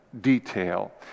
detail